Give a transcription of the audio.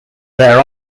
their